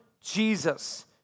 Jesus